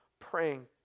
Praying